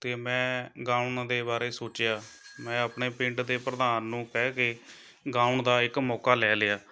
ਅਤੇ ਮੈਂ ਗਾਉਣ ਦੇ ਬਾਰੇ ਸੋਚਿਆ ਮੈਂ ਆਪਣੇ ਪਿੰਡ ਦੇ ਪ੍ਰਧਾਨ ਨੂੰ ਕਹਿ ਕੇ ਗਾਉਣ ਦਾ ਇੱਕ ਮੌਕਾ ਲੈ ਲਿਆ